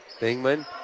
Bingman